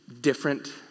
different